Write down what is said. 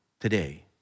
today